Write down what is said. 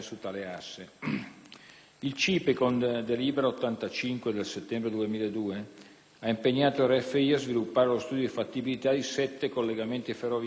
Il CIPE, con delibera n. 85 del 29 settembre 2002, ha impegnato RFI a sviluppare lo studio di fattibilità di sette collegamenti ferroviari nel Mezzogiorno d'Italia,